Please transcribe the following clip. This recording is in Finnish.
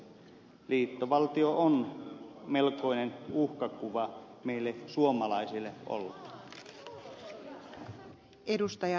liittovaltio on melkoinen uhkakuva meille suomalaisille ollut